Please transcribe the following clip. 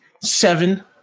Seven